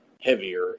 heavier